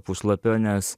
puslapio nes